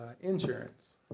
insurance